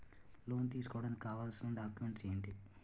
Loan తీసుకోడానికి కావాల్సిన documents ఎంటి?